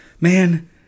man